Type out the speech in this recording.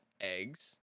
eggs